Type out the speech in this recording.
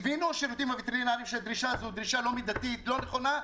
היום השירותים הווטרינריים הבינו שזאת דרישה לא מידתית ולא נכונה.